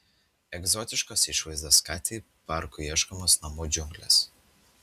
egzotiškos išvaizdos katei parku ieškomos namų džiunglės